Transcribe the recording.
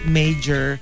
major